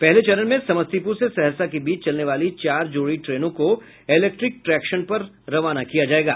पहले चरण में समस्तीपूर से सहरसा के बीच चलने वाली चार जोड़ी ट्रेनों को इलेक्ट्रिक ट्रेक्शन पर रवाना किया जायेगा